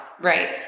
Right